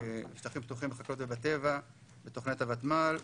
בשטחים פתוחים, בחקלאות ובטבע בתוכניות הוותמ"ל.